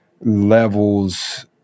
levels